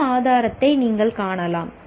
என்ன ஆதாரத்தை நீங்கள் காணலாம்